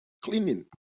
cleaning